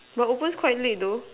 but opens quite late though